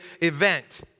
event